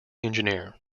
engineer